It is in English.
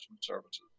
services